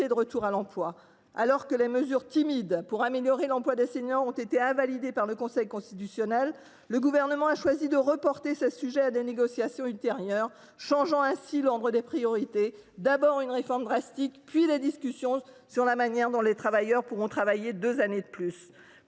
de retrouver un emploi. Alors que les mesures timides pour améliorer l’emploi des seniors ont été invalidées par le Conseil constitutionnel, le Gouvernement a choisi de reporter ce sujet à des négociations ultérieures, changeant ainsi l’ordre des priorités : d’abord une réforme drastique, puis des discussions sur la manière dont les personnes concernées pourront travailler deux années de plus.